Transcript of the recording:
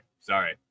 Sorry